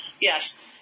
Yes